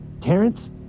Terrence